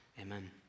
amen